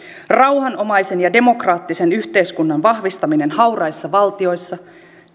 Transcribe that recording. rauhanomaisen ja demokraattisen yhteiskunnan vahvistaminen hauraissa valtioissa